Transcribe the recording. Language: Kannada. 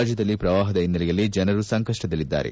ರಾಜ್ಞದಲ್ಲಿ ಪ್ರವಾಹದ ಹಿನ್ನೆಲೆಯಲ್ಲಿ ಜನರು ಸಂಕಷ್ಟದಲ್ಲಿದ್ದಾರೆ